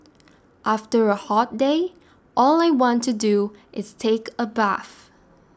after a hot day all I want to do is take a bath